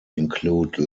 include